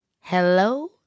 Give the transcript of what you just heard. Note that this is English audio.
hello